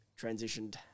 transitioned